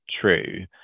true